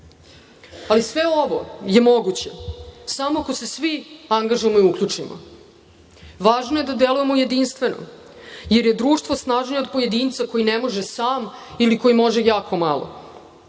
duga. Sve ovo je moguće samo ako se svi angažujemo i uključimo. Važno je da delujemo jedinstveno, jer je društvo snažnije od pojedinca, koji ne može sam ili koji može jako malo.